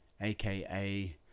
aka